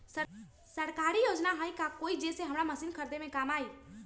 सरकारी योजना हई का कोइ जे से हमरा मशीन खरीदे में काम आई?